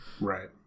Right